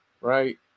right